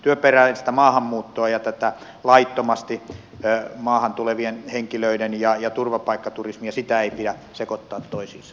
työperäistä maahanmuuttoa ja näitä laittomasti maahan tulevia henkilöitä ja turvapaikkaturismia ei pidä sekoittaa toisiinsa